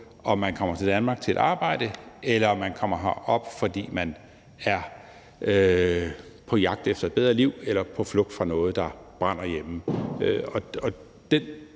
om man kommer til Danmark til et arbejde, eller om man kommer herop, fordi man er på jagt efter et bedre liv eller på flugt fra noget, der brænder hjemme. Det